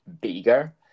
bigger